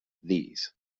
these